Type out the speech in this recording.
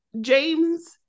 James